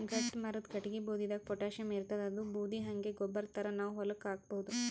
ಗಟ್ಟಿಮರದ್ ಕಟ್ಟಗಿ ಬೂದಿದಾಗ್ ಪೊಟ್ಯಾಷಿಯಂ ಇರ್ತಾದ್ ಅದೂ ಬೂದಿ ಹಂಗೆ ಗೊಬ್ಬರ್ ಥರಾ ನಾವ್ ಹೊಲಕ್ಕ್ ಹಾಕಬಹುದ್